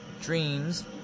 dreams